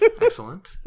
Excellent